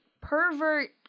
pervert